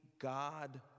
God